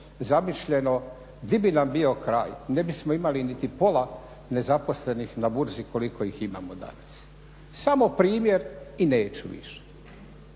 zamišljeno di bi nam bio kraj. Ne bismo imali niti pola nezaposlenih na burzi koliko ih imamo danas. Samo primjer i neću više.